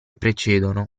precedono